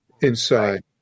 inside